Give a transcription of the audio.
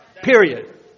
Period